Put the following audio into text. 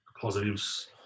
positives